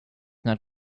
not